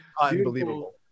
Unbelievable